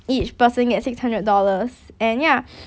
each person get six hundred dollars and ya